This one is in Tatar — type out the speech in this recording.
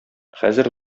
хәзер